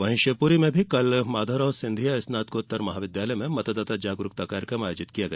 वहीं शिवपुरी में भी कल माधौवराव सिंधिया स्नाकोत्तर महाविद्यालय में मतदाता जागरूकता कार्यक्रम आयोजित किया गया